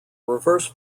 reverse